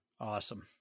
awesome